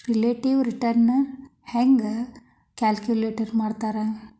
relative return ಹೆಂಗ calculate ಮಾಡ್ತಾರಾ